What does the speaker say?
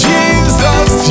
Jesus